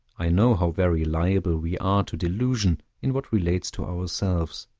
i know how very liable we are to delusion in what relates to ourselves,